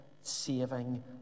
saving